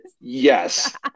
Yes